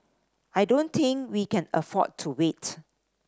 I don't think we can afford to wait